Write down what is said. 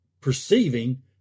perceiving